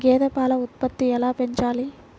గేదె పాల ఉత్పత్తులు ఎలా పెంచాలి?